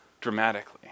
dramatically